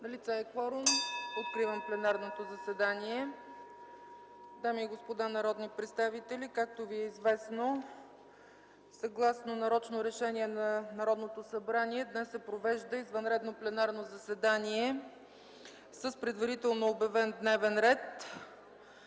Налице е кворум. Откривам пленарното заседание. (Звъни.) Уважаеми дами и господа народни представители, съгласно нарочно решение на Народното събрание днес се провежда извънредно пленарно заседание с предварително обявен дневен ред.